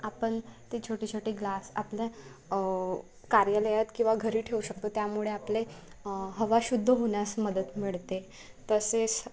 आपण ते छोटे छोटे ग्लास आपल्या कार्यालयात किंवा घरी ठेऊ शकतो त्यामुळे आपले हवा शुद्ध होण्यास मदत मिळते तसेच